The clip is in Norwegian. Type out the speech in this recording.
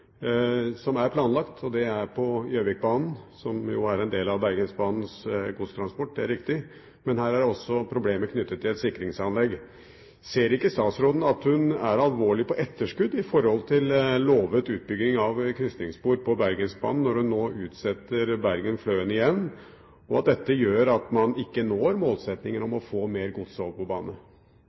som er planlagt. Det er på Gjøvikbanen, som er en del av Bergensbanens godstransport – det er riktig – men her er det også problemer knyttet til et sikringsanlegg. Ser ikke statsråden at hun er alvorlig på etterskudd i forhold til lovet utbygging av krysningsspor på Bergensbanen, når hun nå utsetter Bergen–Fløen igjen, og at dette gjør at man ikke når målsettingen om å få mer gods over på bane?